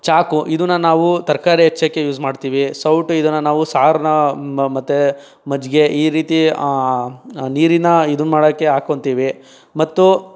ಚಾಕು ಇದನ್ನ ನಾವು ತರಕಾರಿ ಹೆಚ್ಚೋಕ್ಕೆ ಯೂಸ್ ಮಾಡ್ತೀವಿ ಸೌಟು ಇದನ್ನ ನಾವು ಸಾರನ್ನ ಮತ್ತೆ ಮಜ್ಜಿಗೆ ಈ ರೀತಿ ನೀರಿನ ಇದನ್ನ ಮಾಡೋಕ್ಕೆ ಹಾಕೊತೀವಿ ಮತ್ತು